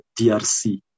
DRC